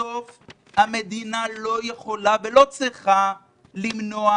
בסוף המדינה לא יכולה ולא צריכה למנוע